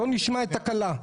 את הכלה.